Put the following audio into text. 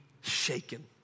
shaken